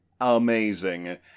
amazing